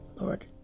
Lord